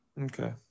Okay